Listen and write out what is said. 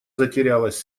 затерялась